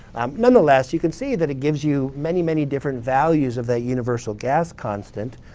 um nonetheless, you can see that it gives you many, many different values of that universal gas constant.